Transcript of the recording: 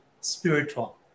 spiritual